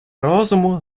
розуму